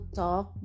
talk